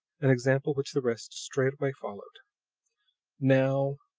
an example which the rest straightway followed now,